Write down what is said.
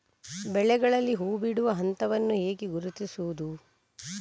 ಬೆಳೆಗಳಲ್ಲಿ ಹೂಬಿಡುವ ಹಂತವನ್ನು ಹೇಗೆ ಗುರುತಿಸುವುದು?